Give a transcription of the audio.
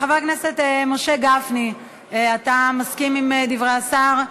חבר הכנסת משה גפני, אתה מסכים עם דברי השר?